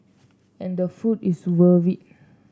and the food is worth it